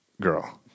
girl